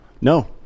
No